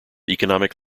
economic